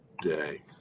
day